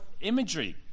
imagery